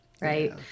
right